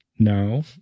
no